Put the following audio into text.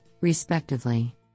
respectively